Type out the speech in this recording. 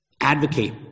Advocate